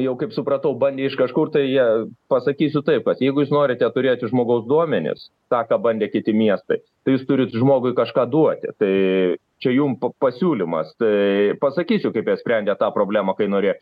jau kaip supratau bandė iš kažkur tai jie pasakysiu taip kad jeigu jūs norite turėti žmogaus duomenis tą ką bandė kiti miestai tai jūs turit žmogui kažką duoti tai čia jum pa pasiūlymas tai pasakysiu kaip jie sprendė tą problemą kai norėjo